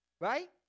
right